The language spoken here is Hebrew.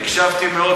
הקשבתי מאוד.